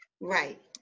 Right